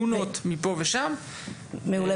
מעולה.